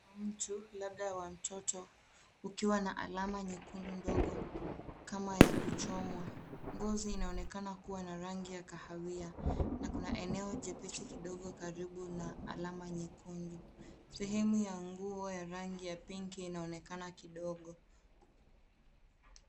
Wa mtu labda wa mtoto ukiwa na alama nyekundu mdogo kama ya kuchomwa. Ngozi inaonekana kuwa na rangi ya kahawia na kuna eneo jepesi kidogo karibu na alama nyekundu. Sehemu ya nguo ya rangi ya pinki inaonekana kidogo.